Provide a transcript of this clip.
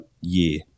year